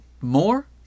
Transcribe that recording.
more